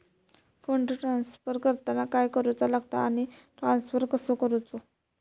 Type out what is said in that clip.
Fund transfer करताना काय करुचा लगता आनी ट्रान्स्फर कसो करूचो?